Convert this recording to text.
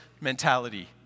mentality